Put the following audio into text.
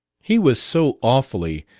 he was so awfully,